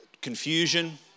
confusion